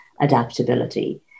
adaptability